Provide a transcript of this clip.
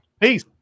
Peace